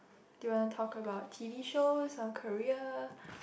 do you wanna talk about T_V shows or career